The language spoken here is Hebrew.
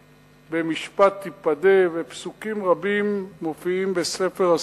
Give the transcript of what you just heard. במשפט תיפדה, ויש פסוקים רבים בספר הספרים.